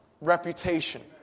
Reputation